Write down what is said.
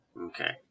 Okay